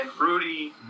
rudy